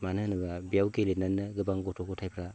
मानो होनोब्ला बेयाव गेलेनानैनो गोबां गथ' गथायफ्रा